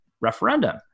referendum